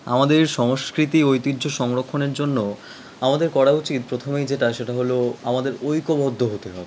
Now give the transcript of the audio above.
আমাদের সংস্কৃতি ঐতিহ্য সংরক্ষণের জন্য আমাদের করা উচিত প্রথমেই যেটা সেটা হলো আমাদের ঐক্যবদ্ধ হতে হবে